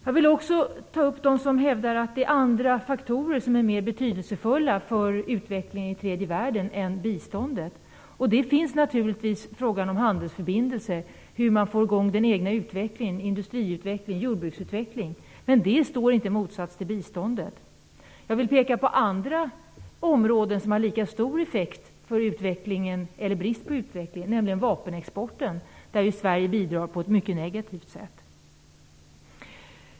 Jag vill också ta upp detta att det hävdas att andra faktorer är mer betydelsefulla för utvecklingen i tredje världen än biståndet. Det finns naturligtvis frågor om handelsförbindelser och om hur man får i gång den egna industri och jordbruksutvecklingen. Men det står inte i motsättning till biståndet. Jag vill peka på ett annat område som har lika stor effekt för utvecklingen, eller bristen på utveckling, nämligen vapenexporten. Där bidrar ju Sverige på ett mycket negativt sätt.